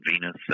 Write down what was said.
Venus